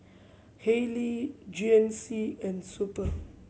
Haylee G N C and Super